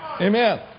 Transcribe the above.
Amen